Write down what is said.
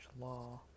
law